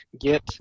get